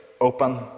open